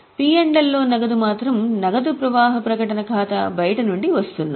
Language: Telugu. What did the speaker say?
P L లో నగదు మాత్రం నగదు ప్రవాహ ప్రకటన ఖాతా బయటి నుండి వస్తున్నాయి